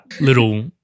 little